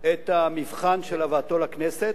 את המבחן של הבאתו לכנסת,